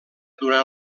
durant